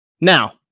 Now